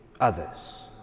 others